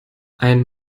ein